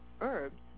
herbs